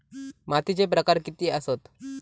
मातीचे प्रकार किती आसत?